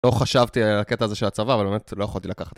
לא חשבתי על הקטע הזה של הצבא, אבל באמת לא יכולתי לקחת.